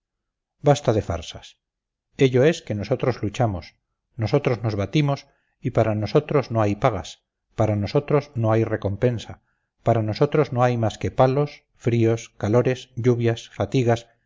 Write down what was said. basta de farsas ello es que nosotros luchamos nosotros nos batimos y para nosotros no hay pagas para nosotros no hay recompensa para nosotros no hay más que palos fríos calores lluvias fatigas